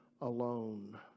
alone